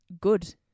good